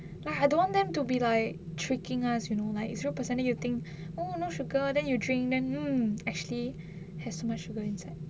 but I don't want them to be like tricking us you know like zero percent then you think oh no sugar then you drink then hmm actually has so much sugar inside